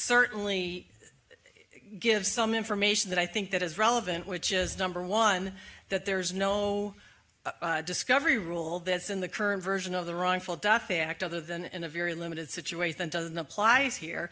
certainly give some information that i think that is relevant which is number one that there is no discovery rule that's in the current version of the wrongful death act other than in a very limited situation doesn't apply here